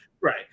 Right